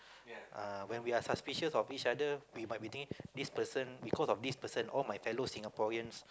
ah when we are suspicious of each other we might be thinking this person because of this person all my fellow Singaporeans